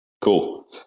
Cool